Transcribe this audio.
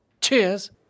Cheers